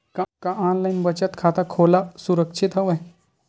का ऑनलाइन बचत खाता खोला सुरक्षित हवय?